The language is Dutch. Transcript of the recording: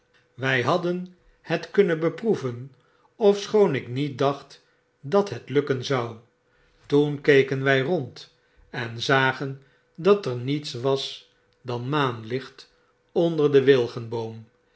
had den het kunnen beproeven ofschoon ik niet dacht dat het lukken zou toen keken wy rond en zagen dat er niets wasdanmaanlicht onder den